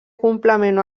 complement